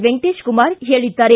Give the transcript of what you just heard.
ವೆಂಕಟೇಶ ಕುಮಾರ್ ಹೇಳಿದ್ದಾರೆ